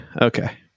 Okay